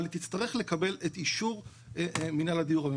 אבל היא תצטרך לקבל את אישור מנהל הדיור.